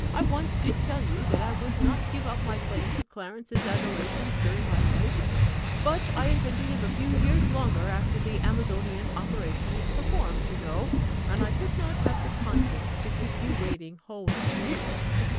i once did tell you, that i would not give up my claim to clarence's adorations during my life but i intend to live a few years longer after the amazonian operation is performed, you know and i could not have the conscience to keep you waiting whole years.